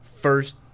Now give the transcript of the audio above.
First –